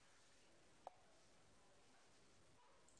את המספרים של אלה